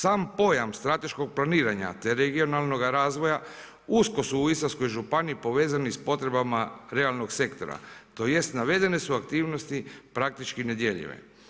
Sam pojam strateškog planiranja te regionalnoga razvoja usko su u Istarskoj županiji povezani s potrebama realnog sektora tj. navedene su aktivnosti praktični nedjeljive.